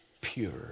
Pure